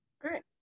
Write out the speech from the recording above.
great